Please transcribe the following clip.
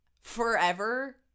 forever